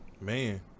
man